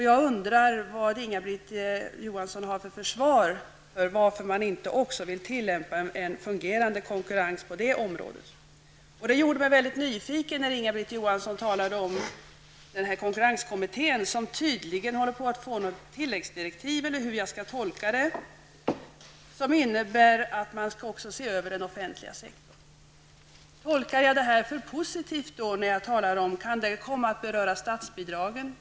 Jag undrar vilket försvar Inga-Britt Johansson har för att man inte vill tillämpa en fungerande konkurrens även på det området. Det gjorde mig mycket nyfiken när Inga-Britt Johansson talade om konkurrenskommittén, som tydligen håller på att få något tilläggsdirektiv, eller hur jag skall tolka det, som innebär att man också skall se över den offentliga sektorn. Tolkar jag det här för positivt? Kan det komma att beröra statsbidragen?